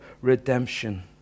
redemption